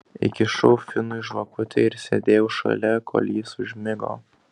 įkišau finui žvakutę ir sėdėjau šalia kol jis užmigo